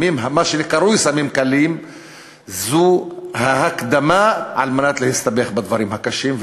מה שקרוי סמים קלים זו ההקדמה על מנת להסתבך בדברים הקשים,